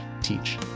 teach